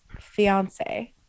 fiance